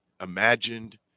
imagined